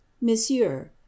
monsieur